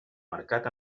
marcat